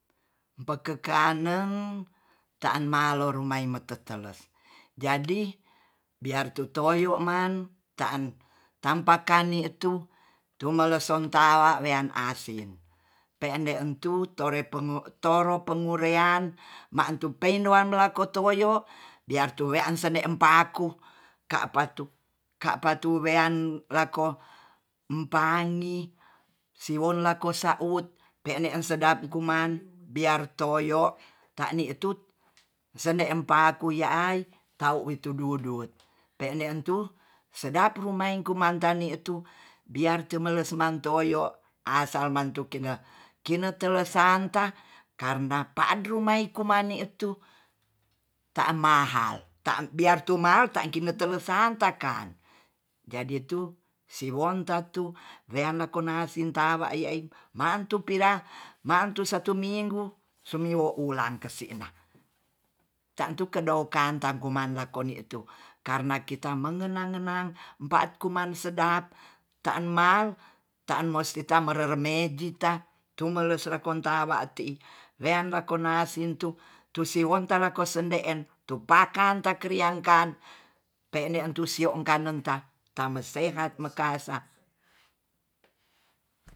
Pekekangen taan malo rumai teteles jadi biar tutolio man ta'an tampa kani tu tu melesen tala wean asin pe'ende entu tore pengo toro pengurean ma'tu pedoan belakoto woyo biar tu wean sende empaku ka'patu-ka'patu wean lako epangi siwolako saut pe'ne sedap bikuman biar toyo tanitut sende empaku ya'ai tau witu dudut penden tu sedap rumai kumangtani tu biar cumelus mantoyo asal mantu kengga kinet telesanta karna pa andru maiku kumani tu ta angma mahal biar cuma harta ikine tele santa kan jadi tu siwontatu reana ko nasintawa ye'ai mantu pila mantu satu minggu sumiwo ulan kesina tantu kendau kanta kuman lakoni tu karna kita mengenang-ngenang patkuman sedap ta'an mal ta'an mosti tamba reremei jita tumeles rakon tawa te'i lean lakon nasintu tusiwong talako sende'en tupakan takrian kan pe ne tu sio kanenta tambe sehat mekasa